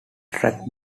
track